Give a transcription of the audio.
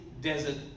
desert